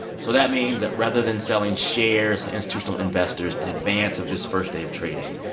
so that means that rather than selling shares to institutional investors in advance of this first day of trading,